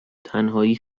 تنهایی